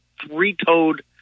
three-toed